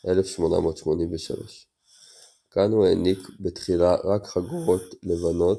1883. קאנו העניק בתחילה רק חגורות לבנות,